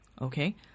Okay